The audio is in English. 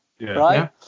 Right